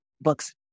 books